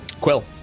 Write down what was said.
Quill